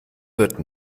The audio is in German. wird